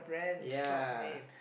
yea